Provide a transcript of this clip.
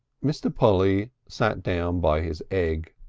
mr. polly sat down by his egg.